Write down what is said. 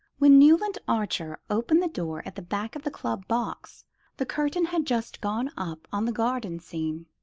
when newland archer opened the door at the back of the club box the curtain had just gone up on the garden scene.